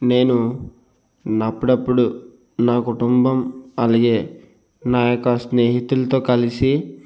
నేను అప్పుడప్పుడు నా కుటుంబం అలగే నా యొక్క స్నేహితులతో కలిసి